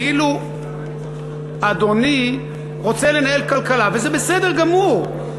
ואילו אדוני רוצה לנהל כלכלה וזה בסדר גמור,